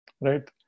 right